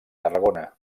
tarragona